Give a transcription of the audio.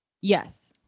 Yes